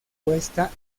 puesta